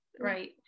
right